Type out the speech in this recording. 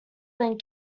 than